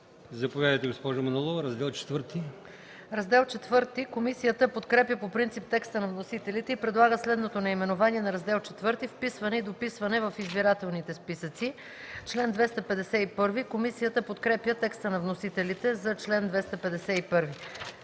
Заповядайте, госпожо Манолова – Раздел ІV. ДОКЛАДЧИК МАЯ МАНОЛОВА: Раздел ІV. Комисията подкрепя по принцип текста на вносителите и предлага следното наименование на Раздел ІV: „Вписване и дописване в избирателните списъците”. Комисията подкрепя текста на вносителите за чл. 251.